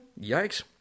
Yikes